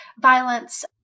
violence